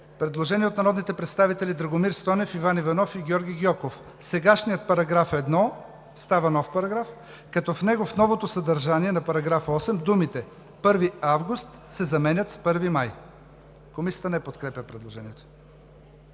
Предложение от народните представители Драгомир Стойнев, Иван Иванов и Георги Гьоков: „Сегашният § 1 става нов параграф, като в него в новото съдържание на § 8 думите „ 1 август“ се заменят с „1 май“.“ Комисията не подкрепя предложението.